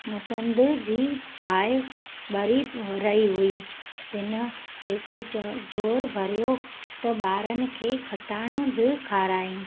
मसंद जी भाय ॿरी रही हुई तिनि खेसि जोर भरियो त ॿारनि खे खटाइण बि खारायई